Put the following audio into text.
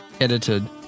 edited